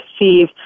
receive